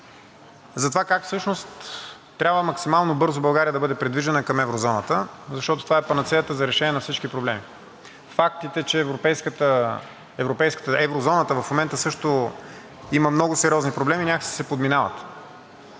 за това как всъщност трябва максимално бързо България да бъде придвижена към еврозоната, защото това е панацеята за решение на всички проблеми. Фактите, че еврозоната в момента също има много сериозни проблеми някак си се подминават.